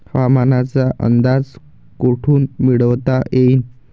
हवामानाचा अंदाज कोठून मिळवता येईन?